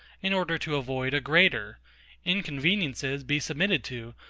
in order to avoid a greater inconveniences be submitted to,